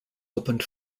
opened